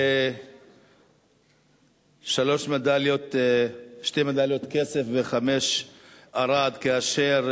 ושתי מדליות כסף וחמש ארד, כאשר